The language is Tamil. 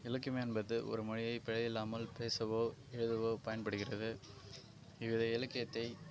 இலக்கியம் என்பது ஒரு மொழியை பிழையில்லாமல் பேசவோ எழுதவோ பயன்படுகிறது இந்த இலக்கியத்தை